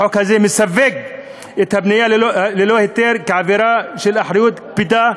החוק הזה מסווג את הבנייה ללא היתר כעבירה של אחריות קפידה.